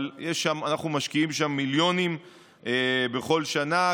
אבל אנחנו משקיעים שם מיליונים בכל שנה,